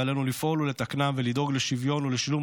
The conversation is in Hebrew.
ועלינו לפעול לתקנן ולדאוג לשוויון ולשילוב